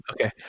okay